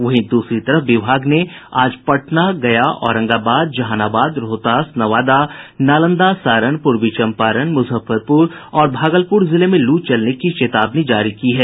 वहीं दूसरी तरफ विभाग ने आज पटना गया औरंगाबाद जहानाबाद रोहतास नवादा नालंदा सारण पूर्वी चंपारण मुजफ्फरपुर और भागलपुर जिले में लू चलने की चेतावनी जारी की है